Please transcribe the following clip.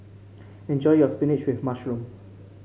enjoy your spinach with mushroom